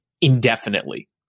indefinitely